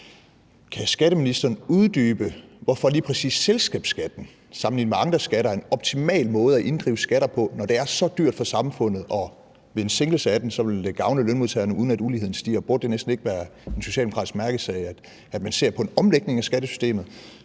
Kan skatteministeren uddybe, hvorfor lige præcis selskabsskatten sammenlignet med andre skatter er en optimal måde at inddrive skatter på, når det er så dyrt for samfundet, og at det ved en sænkelse af den ville gavne lønmodtagerne, uden at uligheden stiger? Burde det næsten ikke være en socialdemokratisk mærkesag, at man ser på en omlægning af skattesystemet,